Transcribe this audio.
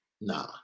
Nah